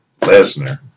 Lesnar